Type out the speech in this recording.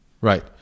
Right